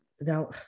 Now